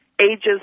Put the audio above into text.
ages